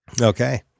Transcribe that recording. Okay